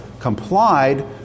complied